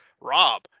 Rob